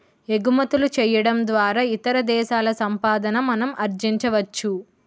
ఎగుమతులు చేయడం ద్వారా ఇతర దేశాల సంపాదన మనం ఆర్జించవచ్చు